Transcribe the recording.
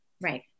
Right